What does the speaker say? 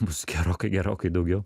bus gerokai gerokai daugiau